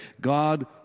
God